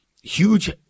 huge